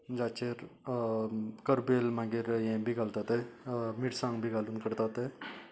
जाचेर कर्बिल मागीर हे बी घालता तें मिरसांग बी घालून करता तें